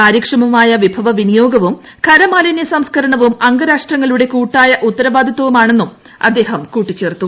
കാരൃക്ഷമമായ വിഭവ വിനിയോഗവും ഖരമാലിനൃ സംസ്ക്കരണവും അംഗരാഷ്ട്രങ്ങളുടെ കൂട്ടായ ഉത്തരവാദിത്തമാണെന്നും അദ്ദേഹം കൂട്ടിച്ചേർത്തു